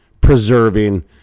preserving